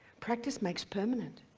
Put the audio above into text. practice makes permanent.